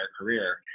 career